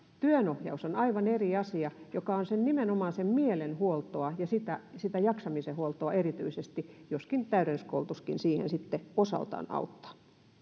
työnohjaus on aivan eri asia se on nimenomaan sitä mielen huoltoa ja sitä sitä jaksamisen huoltoa erityisesti joskin täydennyskoulutuskin siihen sitten osaltaan auttaa